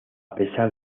pesar